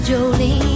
Jolene